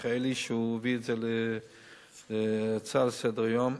מיכאלי שהביא את זה כהצעה לסדר-היום: